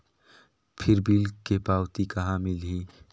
फिर बिल के पावती कहा मिलही?